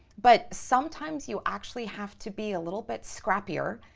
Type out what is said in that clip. but sometimes you actually have to be a little bit scrappier.